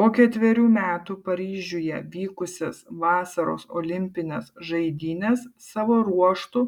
po ketverių metų paryžiuje vykusias vasaros olimpines žaidynes savo ruožtu